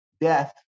death